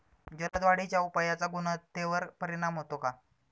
जलद वाढीच्या उपायाचा गुणवत्तेवर परिणाम होतो का?